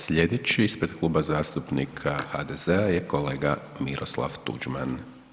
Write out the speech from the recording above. Sljedeći ispred Kluba zastupnika HDZ-a je kolega Miroslav Tuđman.